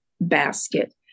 basket